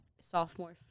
sophomore